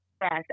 Yes